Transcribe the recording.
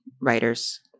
writers